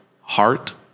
heart